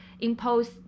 impose